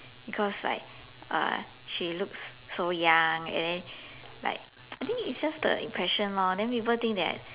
because like uh she looks so young and then like I think it's just the impression lor then people think that